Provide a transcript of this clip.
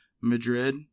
Madrid